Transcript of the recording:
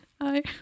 Hi